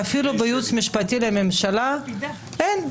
ואפילו בייעוץ המשפטי לממשלה אין.